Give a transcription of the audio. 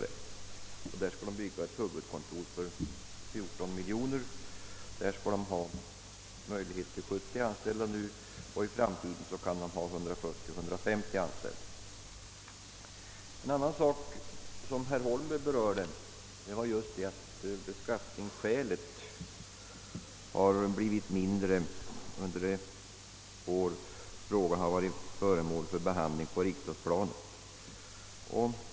Företaget skall där uppföra ett huvudkontor för 14 miljoner kronor, där man skall ha utrymme för 70 anställda nu, och i framtiden kan man ha 140—150 anställda. En sak som herr Holmberg berörde var att beskattningsskälet blivit mindre tungt vägande under: de år frågan varit. föremål för behandling på riksdagsplanet.